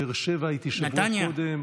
בבאר שבע הייתי שבוע קודם.